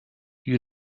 you